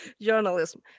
journalism